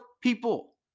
people